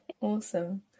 awesome